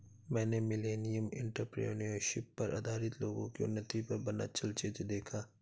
मैंने millennial entrepreneurship पर आधारित लोगो की उन्नति पर बना चलचित्र देखा